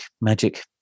magic